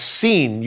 seen